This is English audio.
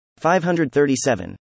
537